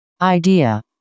idea